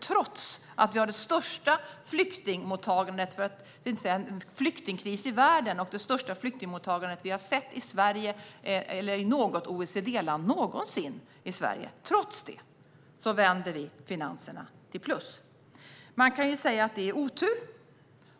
Trots att vi har det största flyktingmottagandet, för att inte säga den största flyktingkrisen, i världen och det största flyktingmottagandet i något OECD-land någonsin - trots det vänder vi finanserna till plus. Man kan säga att det är tur.